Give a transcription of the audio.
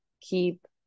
keep